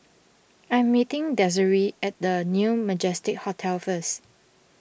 I am meeting Desiree at the New Majestic Hotel first